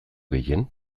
gehien